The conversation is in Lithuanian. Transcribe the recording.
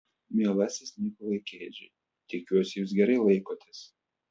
mielasis nikolai keidžai tikiuosi jūs gerai laikotės